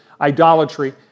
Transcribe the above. idolatry